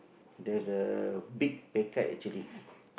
there's a big pay cut actually